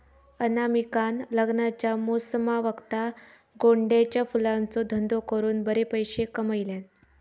अनामिकान लग्नाच्या मोसमावक्ता गोंड्याच्या फुलांचो धंदो करून बरे पैशे कमयल्यान